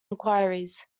inquiries